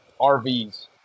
rvs